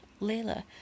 Layla